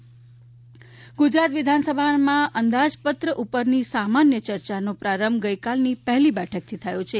વિધાનસભા ચર્ચા ગુજરાત વિધાનસભામાં અંદાજપત્ર ઉપરની સામાન્ય ચર્ચાનો પ્રારંભ ગઇકાલની પહેલી બેઠકથી થયો હતો